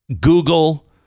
Google